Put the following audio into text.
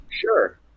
Sure